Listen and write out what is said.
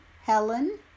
Helen